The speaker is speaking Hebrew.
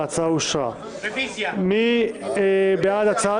אין אושר בעד- 9,